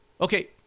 Okay